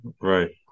Right